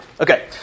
Okay